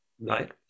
right